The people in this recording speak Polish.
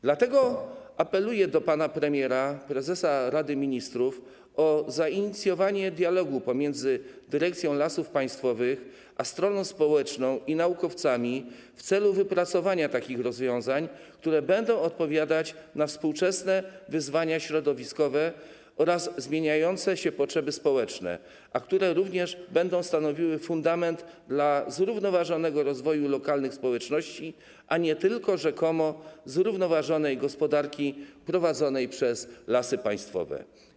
Dlatego apeluje do pana premiera, prezesa Rady Ministrów o zainicjowanie dialogu pomiędzy dyrekcją Lasów Państwowych a stroną społeczną i naukowcami w celu wypracowania takich rozwiązań, które będą odpowiadać na współczesne wyzwania środowiskowe oraz zmieniające się potrzeby społeczne, a które również będą stanowiły fundament dla zrównoważonego rozwoju lokalnych społeczności, a nie tylko rzekomo zrównoważonej gospodarki prowadzonej przez Lasy Państwowe.